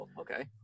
Okay